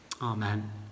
Amen